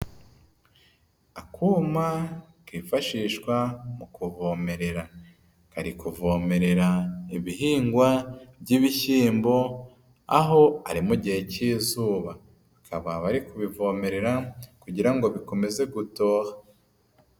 Akuma kifashishwa mu kuvomerera. Kari kuvomerera ibihingwa by'ibishyimbo, aho ari mu gihe cy'izuba. Bakaba bari kubivomerera kugira ngo bikomeze gutoha.